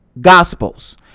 gospels